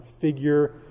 figure